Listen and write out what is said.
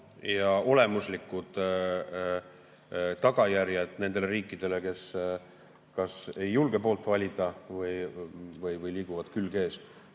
ja olemuslikud tagajärjed riikidele, kes kas ei julge poolt valida või liiguvad, külg ees.